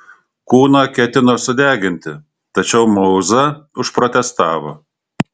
kūną ketino sudeginti tačiau mauza užprotestavo